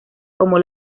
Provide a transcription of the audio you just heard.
como